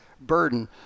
burden